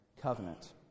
covenant